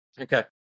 Okay